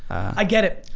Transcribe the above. i get it,